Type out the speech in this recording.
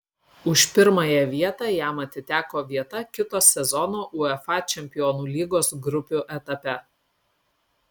už pirmąją vietą jam atiteko vieta kito sezono uefa čempionų lygos grupių etape